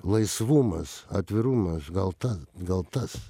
laisvumas atvirumas gal ta gal tas